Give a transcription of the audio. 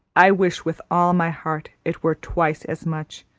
i wish with all my heart it were twice as much,